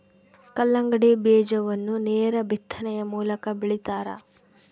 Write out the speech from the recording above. ಕಲ್ಲಂಗಡಿ ಬೀಜವನ್ನು ನೇರ ಬಿತ್ತನೆಯ ಮೂಲಕ ಬೆಳಿತಾರ